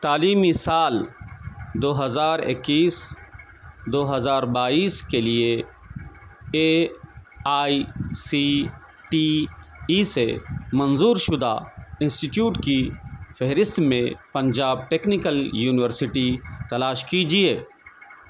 تعلیمی سال دو ہزار اکیس دو ہزار بائیس کے لیے A I C T E سے منظور شدہ انسٹیٹیوٹ کی فہرست میں پنجاب ٹیکنیکل یونیورسٹی تلاش کیجیے